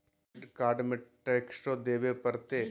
Credit card में टेक्सो देवे परते?